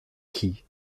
qui